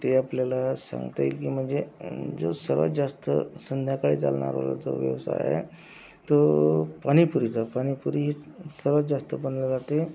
ते आपल्याला सांगता येईल की म्हणजे जो सर्वात जास्त संध्याकाळी चालणारा जो तो व्यवसाय आहे तो पाणीपुरीचा पाणीपुरी ही स् सर्वात जास्त बनवली जाते